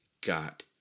got